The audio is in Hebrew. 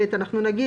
נכון.